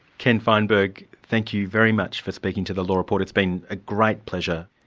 ken feinberg, thank you very much for speaking to the law report. it's been a great pleasure.